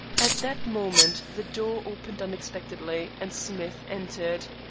at that moment the door opened unexpectedly, and smith entered.